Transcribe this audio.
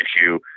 issue